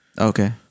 Okay